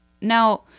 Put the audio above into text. now